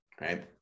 right